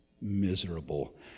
miserable